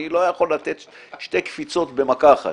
אני לא יכול לתת שתי קפיצות במכה אחת,